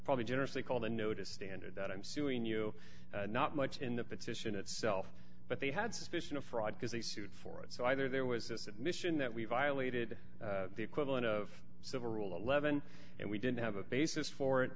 probably generally called a notice standard that i'm suing you not much in the petition itself but they had suspicion of fraud because they sued for it so either there was this admission that we violated the equivalent of civil rule eleven and we didn't have a basis for it